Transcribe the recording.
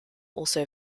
also